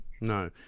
No